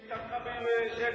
שמי.